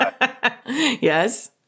Yes